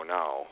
now